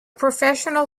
professional